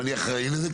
ואני אחראי לזה.